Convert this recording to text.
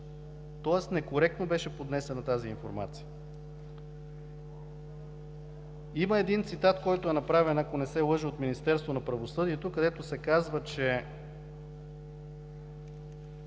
тоест некоректно беше поднесена тази информация. Има един цитат, който е направен, ако не се лъжа, от Министерството на правосъдието, където се казва, че